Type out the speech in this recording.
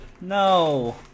No